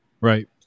Right